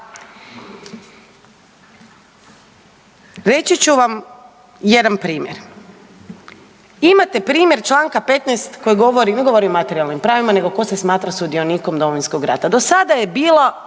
reći ću vam jedan primjer. Imate primjer Članka 15. koji govori ne govori o materijalnim pravima nego tko se smatra sudionikom Domovinskog rata.